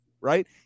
right